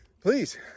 Please